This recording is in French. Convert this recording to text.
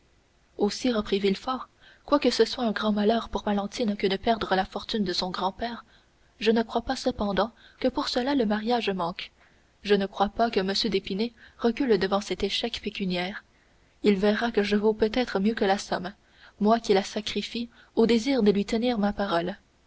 aussi reprit villefort quoique ce soit un grand malheur pour valentine que de perdre la fortune de son grand-père je ne crois pas cependant que pour cela le mariage manque je ne crois pas que m d'épinay recule devant cet échec pécuniaire il verra que je vaux peut-être mieux que la somme moi qui la sacrifie au désir de lui tenir ma parole